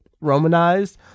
romanized